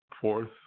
fourth